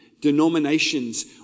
denominations